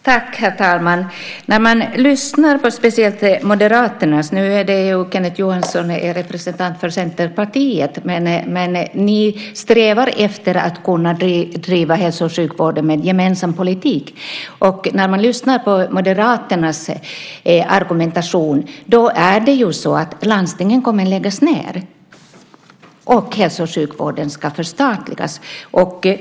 Herr talman! När man lyssnar på speciellt Moderaternas argumentation - Kenneth Johansson är ju representant för Centerpartiet, men ni strävar efter att kunna driva hälso och sjukvården med en gemensam politik - förstår man att landstingen kommer att läggas ned och att hälso och sjukvården ska förstatligas.